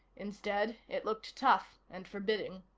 instead, it looked tough and forbidding.